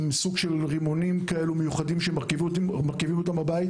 עם סוג של רימונים מיוחדים שהרכיבו בבית.